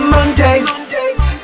Mondays